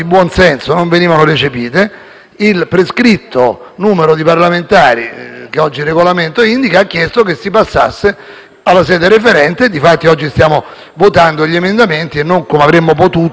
il prescritto numero di parlamentari ha chiesto che si passasse alla sede referente e infatti oggi stiamo votando gli emendamenti e non, come avremmo potuto, direttamente l'articolo.